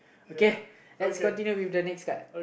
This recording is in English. okay let's continue with the next card